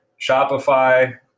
Shopify